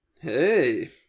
Hey